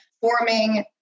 forming